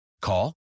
Call